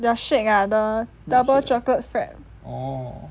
their shake ah the double chocolate frappe